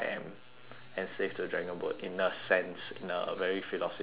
enslaved to dragon boat in a sense in a very philosophical sense